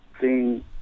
seeing